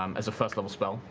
um as a first level spell.